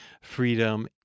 Freedom